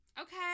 okay